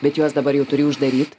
bet juos dabar jau turi uždaryt